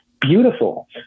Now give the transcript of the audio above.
Beautiful